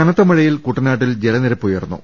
കനത്ത മഴയിൽ കുട്ടനാട്ടിൽ ജലനിരപ്പ് ഉയർന്നു